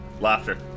Laughter